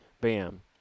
Bam